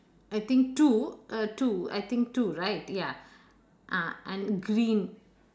I think two uh two I think two right ya ah and green